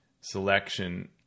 selection